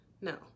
No